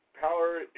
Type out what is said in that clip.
Power